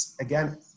again